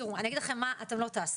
תראו, אני אגיד לכם מה אתם לא תעשו: